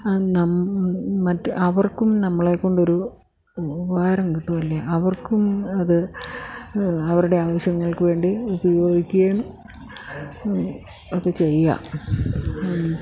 ആ നം മറ്റ് അവർക്കും നമ്മളെക്കൊണ്ടൊരു ഉപകാരം കിട്ടുകയല്ലേ അവർക്കും അത് അവരുടെ ആവശ്യങ്ങൾക്കു വേണ്ടി ഉപയോഗിക്കുകയും ഒക്കെ ചെയ്യാം